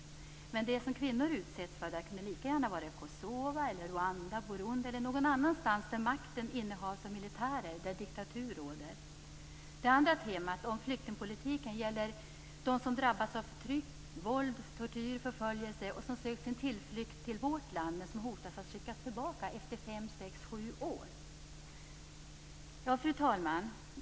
Men det som kvinnor där utsätts för kunde lika gärna ha skett i Kosova, Rwanda, Burundi eller någon annanstans där makten innehas av militärer och där diktatur råder. Det andra temat, om flyktingpolitiken, gäller dem som har drabbats av förtryck, våld, tortyr och förföljelse och som sökt sin tillflykt till vårt land men som hotas att skickas tillbaka efter fem, sex eller sju år. Fru talman!